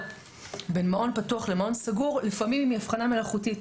בין מעון פתוח ולמעון סגור לפעמים היא הבחנה מלאכותית.